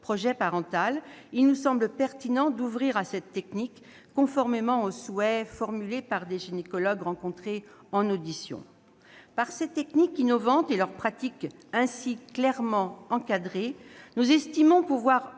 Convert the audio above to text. projet parental, il nous semble pertinent d'expérimenter cette technique, conformément aux souhaits formulés par les gynécologues auditionnés. Par ces techniques innovantes et leur pratique ainsi clairement encadrée, nous estimons pouvoir